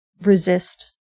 resist